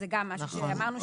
שזה גם משהו שאמרנו שנשקול.